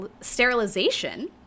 sterilization